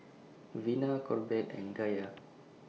Vina Corbett and Gaye